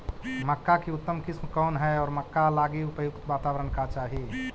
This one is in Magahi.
मक्का की उतम किस्म कौन है और मक्का लागि उपयुक्त बाताबरण का चाही?